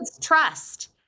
trust